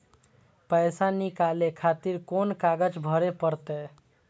पैसा नीकाले खातिर कोन कागज भरे परतें?